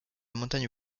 montagne